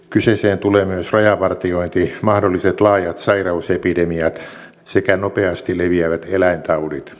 kyseeseen tulevat myös rajavartiointi mahdolliset laajat sairausepidemiat sekä nopeasti leviävät eläintaudit